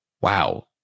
Wow